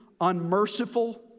unmerciful